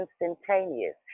instantaneous